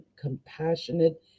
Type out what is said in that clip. compassionate